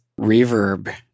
reverb